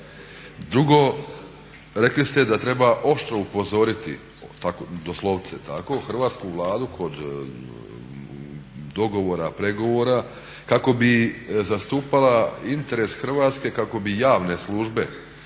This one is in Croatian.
Drugo, rekli ste da treba oštro upozoriti doslovce tako, hrvatsku Vladu kod dogovora, pregovora kako bi zastupala interes Hrvatske, kako bi javne službe